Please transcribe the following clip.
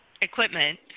equipment